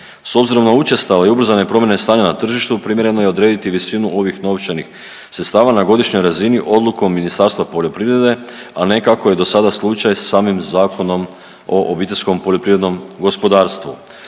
S obzirom na učestale i ubrzane promjene stanja na tržištu primjereno je odrediti visinu ovih novčanih sredstava na godišnjoj razini odlukom Ministarstva poljoprivrede, a ne kako je do sada slučaj sa samim Zakonom o OPG-u. U području